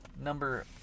number